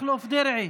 תודה רבה לך.